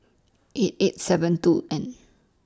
eight eight seven two end